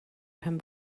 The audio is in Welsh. pen